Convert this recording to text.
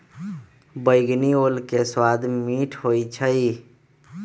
बइगनी ओल के सवाद मीठ होइ छइ